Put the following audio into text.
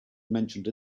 mentioned